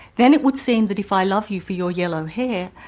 then it would seem that if i love you for your yellow hair,